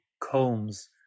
combs